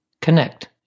connect